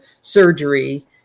surgery